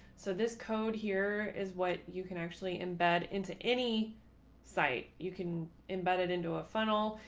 so this code here is what you can actually embed into any site you can embedded into a funnel.